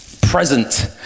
present